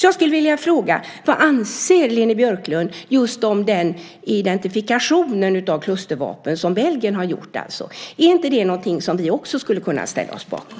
Jag skulle vilja fråga: Vad anser Leni Björklund just om den identifikation av klustervapen som Belgien har gjort? Är inte det någonting som vi också skulle kunna ställa oss bakom?